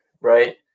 right